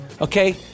okay